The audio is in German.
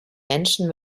menschen